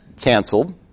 canceled